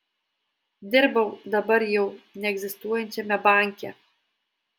dirbau dabar jau neegzistuojančiame banke